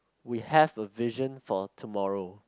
we have a vision for tomorrow